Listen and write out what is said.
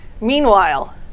Meanwhile